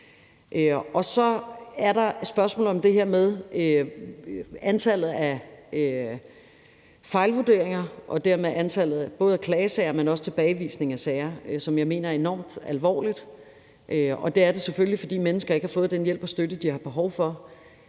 om. Så er der spørgsmålet om det her med antallet af fejlvurderinger og dermed antallet af klagesager, men også tilbagevisning af sager. Det mener jeg er enormt alvorligt. Det er det selvfølgelig, fordi mennesker ikke har fået den hjælp og støtte, de har behov for.